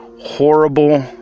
horrible